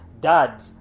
Dad